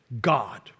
God